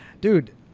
dude